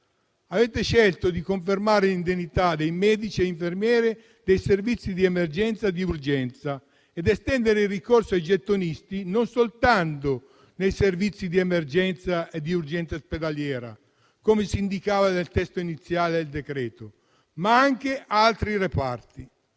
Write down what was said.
Avete scelto di confermare l'indennità dei medici e degli infermieri dei servizi di emergenza e urgenza e di estendere il ricorso ai gettonisti non soltanto ai servizi di emergenza e di urgenza ospedaliera, come si indicava nel testo iniziale del decreto, ma anche ad altri reparti.